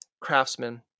craftsmen